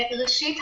ראשית,